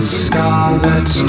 scarlet